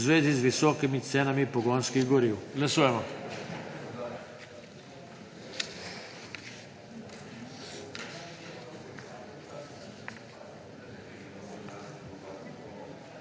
zvezi z visokimi cenami pogonskih goriv. Glasujemo.